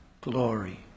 glory